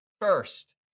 first